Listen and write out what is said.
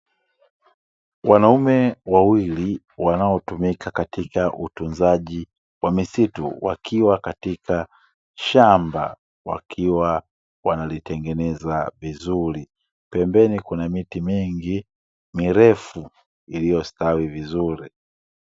Wanaume wawili wanaotumika katika utunzaji wa misitu, wakiwa katika shamba, wakiwa wanalitengeneza vizuri. Pembeni kuna miti mingi mirefu iliyostawi vizuri.